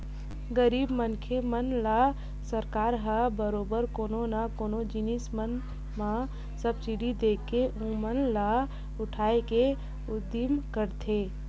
गरीब मनखे मन ल सरकार ह बरोबर कोनो न कोनो जिनिस मन म सब्सिडी देके ओमन ल उठाय के उदिम करथे